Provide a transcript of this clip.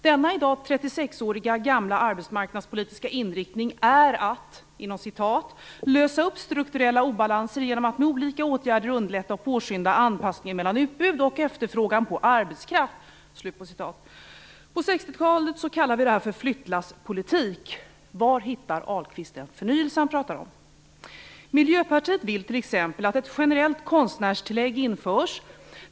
Denna i dag 36 år gamla arbetsmarknadspolitiska inriktning är "- att lösa upp strukturella obalanser genom att med olika åtgärder underlätta och påskynda anpassning mellan utbud och efterfrågan på arbetskraft." På 1960-talet kallade vi det här för flyttlasspolitik. Var hittar Ahlqvist den förnyelse han pratar om? Miljöpartiet vill t.ex. att ett generellt konstnärstillägg införs.